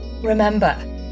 Remember